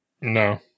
No